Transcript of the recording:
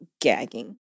gagging